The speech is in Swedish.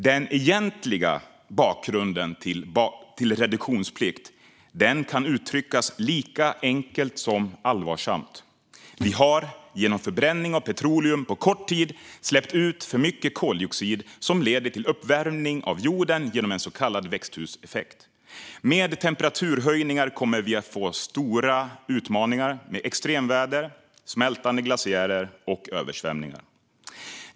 Den egentliga bakgrunden till reduktionsplikt kan uttryckas lika enkelt som allvarsamt: Vi har genom förbränning av petroleum på kort tid släppt ut för mycket koldioxid som leder till uppvärmning av jorden genom en så kallad växthuseffekt. Med temperaturhöjningar kommer vi att få stora utmaningar med extremväder, smältande glaciärer och översvämningar.